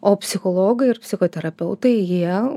o psichologai ir psichoterapeutai jie